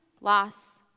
loss